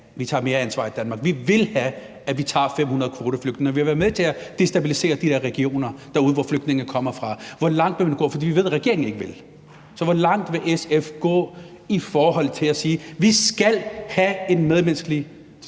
vi tager mere ansvar i Danmark; vi vil have, at vi tager 500 kvoteflygtninge? Vi har været med til at destabilisere de der regioner derude, hvor flygtningene kommer fra. Hvor langt vil man gå? For vi ved, at regeringen ikke vil. Så hvor langt vil SF gå i forhold til at sige: Vi skal have en medmenneskelig